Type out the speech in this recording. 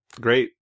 Great